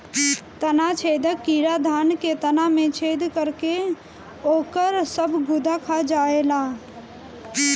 तना छेदक कीड़ा धान के तना में छेद करके ओकर सब गुदा खा जाएला